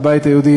הבית היהודי,